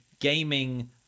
gaming